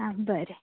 आं बरें